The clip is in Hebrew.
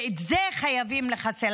ואת זה חייבים לחסל.